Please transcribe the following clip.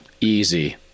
easy